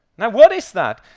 now, what is that?